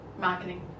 marketing